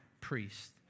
priest